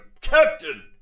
captain